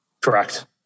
Correct